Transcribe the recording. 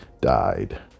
died